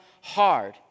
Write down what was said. hard